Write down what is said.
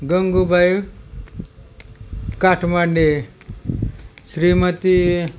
गंगूबायू काठमांडे श्रीमती